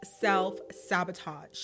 self-sabotage